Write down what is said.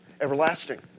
everlasting